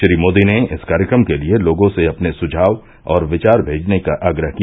श्री मोदी ने इस कार्यक्रम के लिए लोगों से अपने सुझाव और विचार भेजने का आग्रह किया